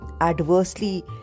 adversely